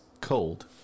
cold